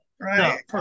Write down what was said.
Right